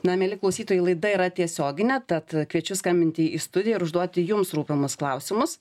na mieli klausytojai laida yra tiesioginė tad kviečiu skambinti į studiją ir užduoti jums rūpimus klausimus